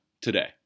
today